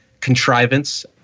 contrivance